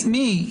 מי?